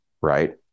right